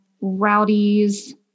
Rowdies